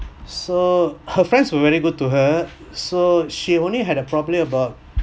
so her friends were very good to her so she only had a probably about